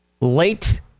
late